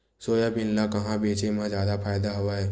Soybean ल कहां बेचे म जादा फ़ायदा हवय?